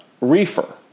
reefer